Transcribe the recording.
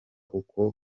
uko